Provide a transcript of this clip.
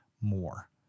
more